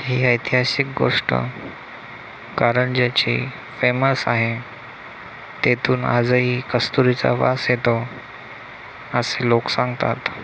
ही ऐतिहासिक गोष्ट कारंज्याची फेमस आहे तेथून आजही कस्तुरीचा वास येतो असे लोक सांगतात